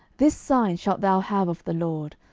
this sign shalt thou have of the lord,